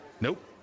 Nope